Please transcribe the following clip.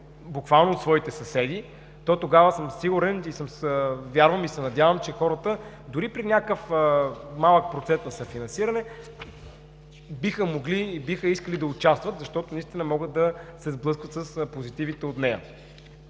буквално от своите съседи, тогава съм сигурен и вярвам, и се надявам, че хората дори при някакъв малък процент на съфинансиране биха могли, биха искали да участват, защото наистина могат да се сблъскат с позитивите от нея.